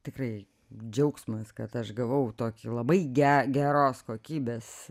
tikrai džiaugsmas kad aš gavau tokį labai ge geros kokybės